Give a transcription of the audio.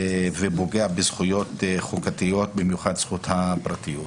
חוק שפוגע בזכויות חוקתיות, במיוחד זכות הפרטיות.